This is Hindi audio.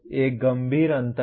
एक गंभीर अंतर है